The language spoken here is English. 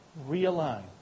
realign